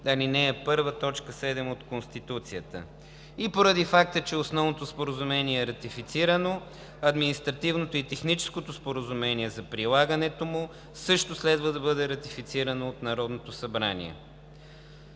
ал. 1, т. 7 от Конституцията. Поради факта, че Основното споразумение е ратифицирано, Административното и техническо споразумение за прилагането му също следва да бъде ратифицирано от Народното събрание.